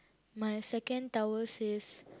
my second tower says